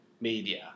media